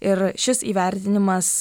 ir šis įvertinimas